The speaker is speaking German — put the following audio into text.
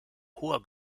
hoher